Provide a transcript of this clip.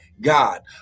God